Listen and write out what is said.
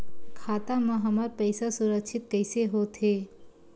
खाता मा हमर पईसा सुरक्षित कइसे हो थे?